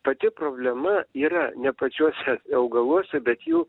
pati problema yra ne pačiuose augaluose bet jų